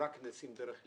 נעשים רק דרך לימודים,